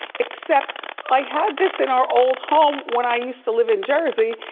except i had this in our old home when i used to live in jersey,